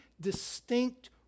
distinct